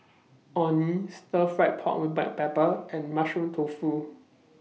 Orh Nee Stir Fry Pork with Black Pepper and Mushroom Tofu